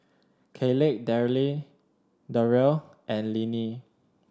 Kayleigh Deryl and Linnie